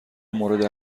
مورد